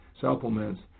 supplements